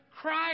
Christ